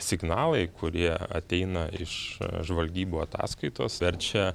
signalai kurie ateina iš žvalgybų ataskaitos verčia